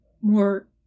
more